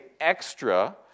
extra